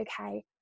Okay